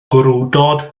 gwrywdod